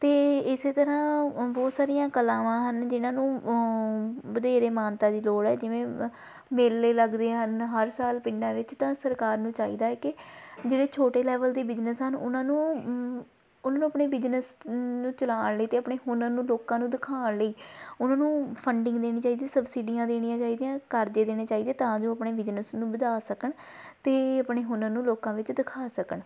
ਅਤੇ ਇਹ ਇਸ ਤਰ੍ਹਾਂ ਬਹੁਤ ਸਾਰੀਆਂ ਕਲਾਵਾਂ ਹਨ ਜਿਹਨਾਂ ਨੂੰ ਵਧੇਰੇ ਮਾਨਤਾ ਦੀ ਲੋੜ ਹੈ ਜਿਵੇਂ ਮੇਲੇ ਲੱਗਦੇ ਹਨ ਹਰ ਸਾਲ ਪਿੰਡਾਂ ਵਿੱਚ ਤਾਂ ਸਰਕਾਰ ਨੂੰ ਚਾਹੀਦਾ ਹੈ ਕਿ ਜਿਹੜੇ ਛੋਟੇ ਲੈਵਲ ਦੇ ਬਿਜਨਸ ਹਨ ਉਹਨਾਂ ਨੂੰ ਉਹਨਾਂ ਨੂੰ ਆਪਣੇ ਬਿਜਨਸ ਨੂੰ ਚਲਾਉਣ ਲਈ ਅਤੇ ਆਪਣੇ ਹੁਨਰ ਨੂੰ ਲੋਕਾਂ ਨੂੰ ਦਿਖਾਉਣ ਲਈ ਉਹਨਾਂ ਨੂੰ ਫੰਡਿੰਗ ਦੇਣੀ ਚਾਹੀਦੀ ਸਬਸਿਡੀਆਂ ਦੇਣੀਆਂ ਚਾਹੀਦੀਆਂ ਕਰਜ਼ੇ ਦੇਣੇ ਚਾਹੀਦੇ ਤਾਂ ਜੋ ਆਪਣੇ ਬਿਜਨਸ ਨੂੰ ਵਧਾ ਸਕਣ ਅਤੇ ਆਪਣੇ ਹੁਨਰ ਨੂੰ ਲੋਕਾਂ ਵਿੱਚ ਦਿਖਾ ਸਕਣ